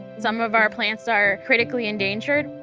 some of our plants are critically endangered,